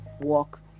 walk